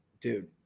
dude